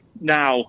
Now